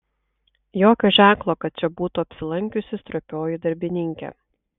jokio ženklo kad čia būtų apsilankiusi stropioji darbininkė